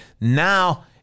Now